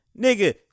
nigga